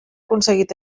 aconseguit